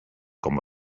com